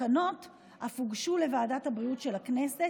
התקנות אף הוגשו לוועדת הבריאות של הכנסת,